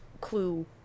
clue